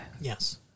Yes